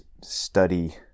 study